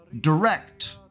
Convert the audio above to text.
Direct